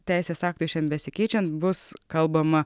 teisės aktais šian besikeičiant bus kalbama